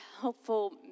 helpful